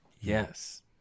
Yes